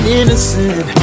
innocent